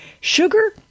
sugar